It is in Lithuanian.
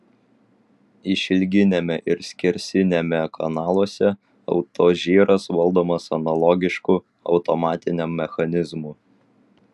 išilginiame ir skersiniame kanaluose autožyras valdomas analogišku automatiniam mechanizmu